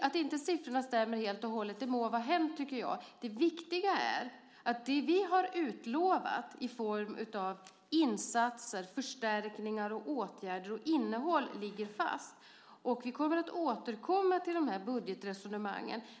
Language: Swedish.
Att siffrorna inte stämmer helt och hållet må vara hänt, tycker jag. Det viktiga är att det vi har utlovat i form av insatser, förstärkningar, åtgärder och innehåll ligger fast. Vi återkommer till de här budgetresonemangen.